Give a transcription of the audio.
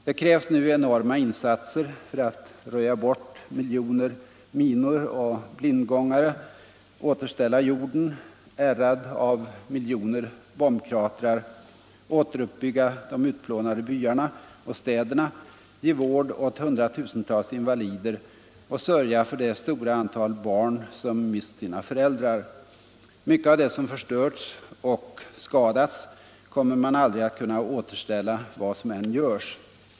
Det krävs nu enorma insatser för att röja bort miljoner minor och blindgångare, återställa jorden, ärrad av miljoner bombkratrar, återuppbygga de utplånade byarna och städerna, ge vård åt hundratusentals invalider och sörja för det stora antal barn som mist sina föräldrar. Mycket av det som förstörts och skadats kommer man aldrig att kunna återställa, vad som än görs.